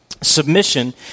Submission